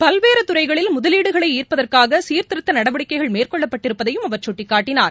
பல்வேறு துறைகளில் முதலீடுகளை சீர்திருத்த நடவடிக்கைகள் மேற்கொள்ளப்பட்டிருப்பதையும் அவர் குட்டிக்காட்டினார்